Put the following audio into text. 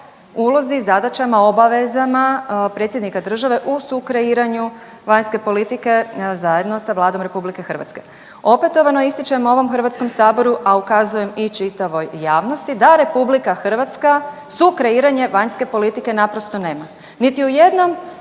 ulozi i zadaćama, obavezama predsjednika države u sukreiranju vanjske politike zajedno sa Vladom RH. Opetovano ističem u ovom HS-u, a ukazujem i čitavoj javnosti da RH sukreiranje vanjske politike naprosto nema. Niti u jednom